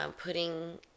Putting